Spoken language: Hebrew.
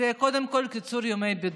זה קודם כול קיצור ימי הבידוד.